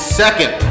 second